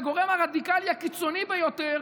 הגורם הרדיקלי הקיצוני ביותר,